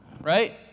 right